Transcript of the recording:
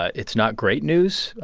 it's not great news.